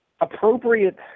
appropriate